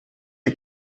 est